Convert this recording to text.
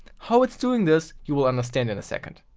how it's doing this you will understand in a second.